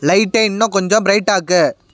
லைட்டை இன்னும் கொஞ்சம் ப்ரைட் ஆக்கு